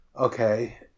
Okay